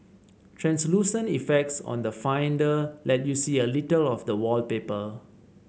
translucent effects on the finder let you see a little of the wallpaper